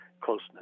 closeness